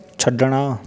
ਛੱਡਣਾ